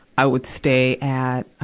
i would stay at, ah,